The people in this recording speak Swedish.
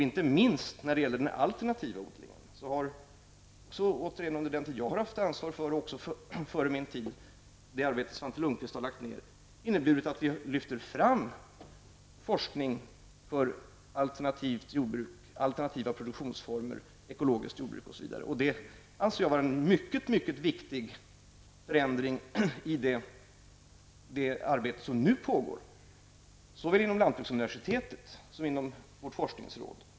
Inte minst när det gäller den alternativa odlingen har det arbete som jag har haft ansvar för och före min tid det arbete som Svante Lundkvist har utfört inneburit att vi har lyft fram forskningen kring alternativt jordbruk, alternativa produktionsformer och ekologiskt jordbruk. Det anser jag vara en mycket viktig förändring i det arbete som nu pågår såväl inom lantbruksuniversitetet som inom vårt forskningsråd.